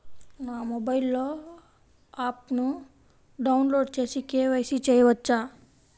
నా మొబైల్లో ఆప్ను డౌన్లోడ్ చేసి కే.వై.సి చేయచ్చా?